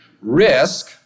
Risk